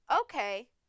okay